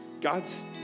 God's